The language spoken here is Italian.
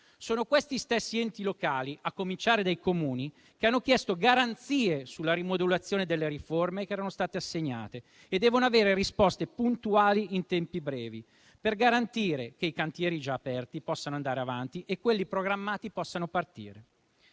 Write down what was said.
Sono questi stessi enti locali, a cominciare dai Comuni, che hanno chiesto garanzie sulla rimodulazione delle riforme che erano state assegnate e devono avere risposte puntuali in tempi brevi per garantire che i cantieri già aperti possano andare avanti e quelli programmati possano partire.